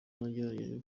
nagerageje